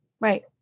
Right